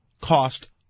cost